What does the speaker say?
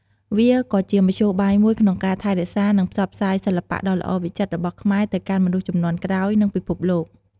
វាក៏ជាមធ្យោបាយមួយក្នុងការថែរក្សា និងផ្សព្វផ្សាយសិល្បៈដ៏ល្អវិចិត្ររបស់ខ្មែរទៅកាន់មនុស្សជំនាន់ក្រោយ និងពិភពលោក។